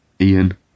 Ian